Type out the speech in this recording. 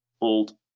old